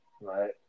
Right